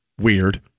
weird